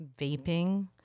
vaping